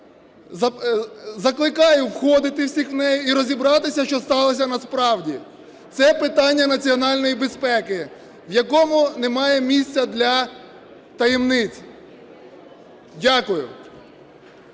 Закликаю входити всіх в неї і розібратися, що сталося насправді. Це питання національної безпеки, в якому немає місця для таємниць. Дякую.